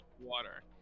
water